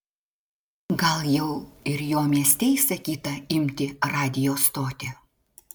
gal jau ir jo mieste įsakyta imti radijo stotį